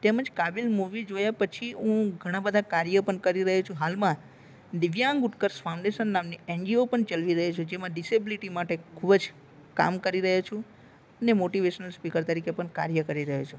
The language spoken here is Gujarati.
તેમજ કાબીલ મુવી જોયા પછી હું ઘણા બધા કાર્ય પણ કરી રહ્યો છું હાલમાં દિવ્યાંગ ઉત્કર્ષ ફાઉન્ડેશન નામની એનજીઓ પણ ચલવી રહ્યો છું જેમાં ડિસેબિલિટી માટેનું ખૂબ જ કામ કરી રહ્યો છું અને મોટીવેશનલ સ્પીકર તરીકે પણ કાર્ય કરી રહ્યો છું